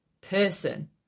person